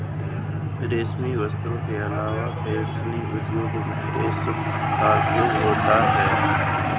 रेशमी वस्त्र के अलावा फैशन उद्योग में रेशम का उपयोग होता है